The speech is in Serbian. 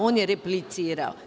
On je replicirao.